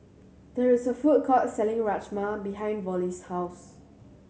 there is a food court selling Rajma behind Vollie's house